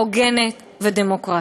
הוגנת ודמוקרטית.